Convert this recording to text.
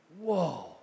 Whoa